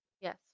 Yes